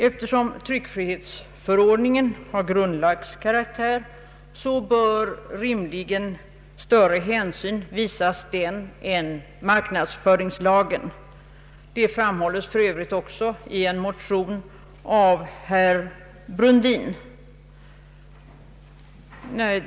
Eftersom = tryckfri hetsförordningen har grundlags karaktär, bör rimligen större hänsyn visas den än marknadsföringslagen. Detta framhålles för övrigt också i en motion av herr Brundin.